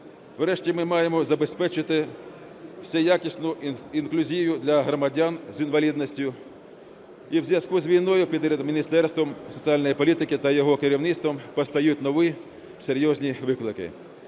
Врешті ми маємо забезпечити всеякісну інклюзію для громадян з інвалідністю. І у зв'язку з війною перед Міністерством соціальної політики та його керівництвом постають нові серйозні виклики.